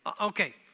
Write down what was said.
Okay